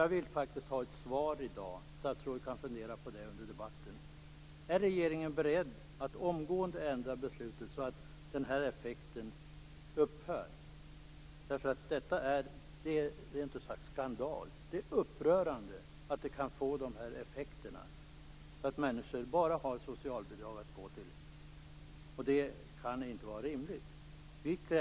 Jag vill faktiskt ha ett svar i dag. Statsrådet kan fundera på min fråga under debatten. Är regeringen beredd att omgående ändra beslutet, så att den här effekten upphör? Detta är rent ut sagt skandal. Det är upprörande att det här kan få effekten att människor bara har socialbidrag att ta till. Det kan inte vara rimligt.